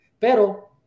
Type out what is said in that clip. Pero